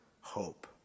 hope